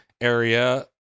area